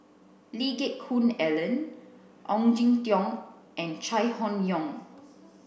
Lee Geck Hoon Ellen Ong Jin Teong and Chai Hon Yoong